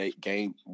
Game